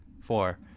Four